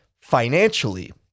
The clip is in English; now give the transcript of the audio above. financially